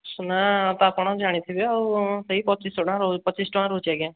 ଉଷୁନା ତ ଆପଣ ଜାଣିଥିବେ ଆଉ ସେଇ ପଚିଶଶହ ଟଙ୍କା ପଚିଶ ଟଙ୍କା ରହୁଛି ଆଜ୍ଞା